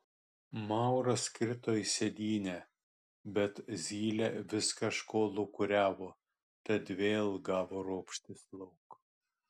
mauras krito į sėdynę bet zylė vis kažko lūkuriavo tad vėl gavo ropštis lauk